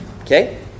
Okay